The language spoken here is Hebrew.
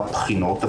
בבחינות,